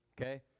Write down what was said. Okay